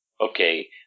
okay